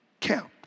count